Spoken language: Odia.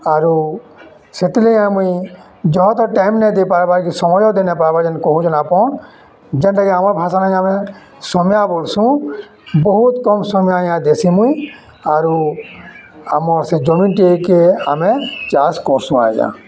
ଆରୁ ସେଥିର୍ଲାଗି ଆମର୍ ଯହ ତ ଟାଇମ୍ ନାଇଁ ଦେଇ ପାର୍ବାର୍ କି ସମୟ ଦେଇ ନାଇ ପାର୍ବାର୍ ଯେନ୍ କହୁଛନ୍ ଆପଣ ଯେନ୍ତା କି ଆମର ଭାଷା ନାହିଁ ଆମେ ସମିଆ ବୋଲ୍ସୁଁ ବହୁତ୍ କମ୍ ସମିଆ ଆଜ୍ଞା ଦେଶି ମୁଇଁ ଆରୁ ଆମର୍ ସେ ଜମିନ୍ ଟିକେ କେ ଆମେ ଚାଷ୍ କର୍ସୁଁ ଆଜ୍ଞା